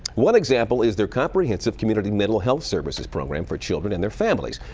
one example is their comprehensive community mental health services program for children and their families,